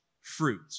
fruit